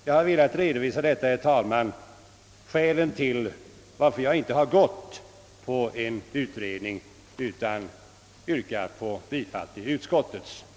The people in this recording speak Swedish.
Jag har velat redovisa skälen till var för jag inte förordat en utredning utan yrkar bifall till utskottets hemställan.